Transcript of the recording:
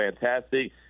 fantastic